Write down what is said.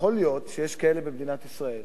יכול להיות שיש כאלה במדינת ישראל